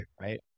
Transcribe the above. Right